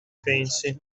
pensi